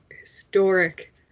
historic